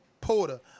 Porter